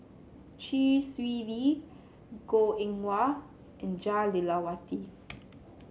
Chee Swee Lee Goh Eng Wah and Jah Lelawati